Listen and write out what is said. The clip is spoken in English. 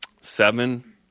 seven